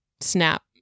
snap